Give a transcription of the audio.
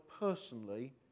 personally